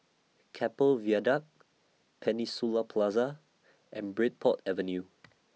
Keppel Viaduct Peninsula Plaza and Bridport Avenue